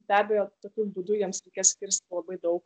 be abejo tokiu būdu jiems reikės kirsti labai daug